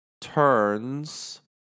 Turns